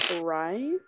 right